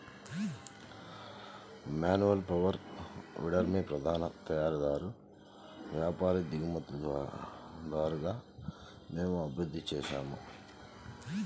manual power వీడర్ని ప్రధాన తయారీదారు, వ్యాపారి, దిగుమతిదారుగా మేము అభివృద్ధి చేసాము